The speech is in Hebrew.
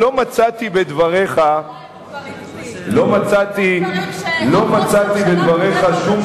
את ההתנחלויות ואת הבנייה בירושלים הוא כבר הקפיא.